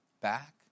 back